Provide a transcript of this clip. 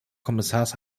kommissars